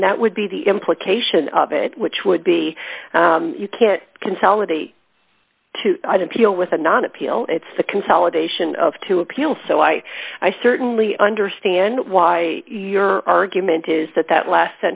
and that would be the implication of it which would be you can't consolidate to i don't feel with a not appeal it's the consolidation of two appeal so i i certainly understand why your argument is that that last